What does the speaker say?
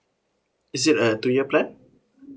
is it a two year plan